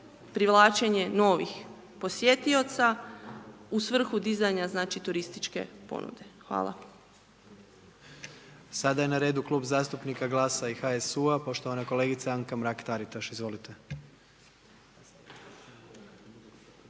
privlačenje novih posjetioca u svrhu dizanja turističke ponude. Hvala. **Jandroković, Gordan (HDZ)** Sada je na redu Klub zastupnika GLAS-a i HSU-a. Poštovana kolegica Anka Mrak-Taritaš, izvolite.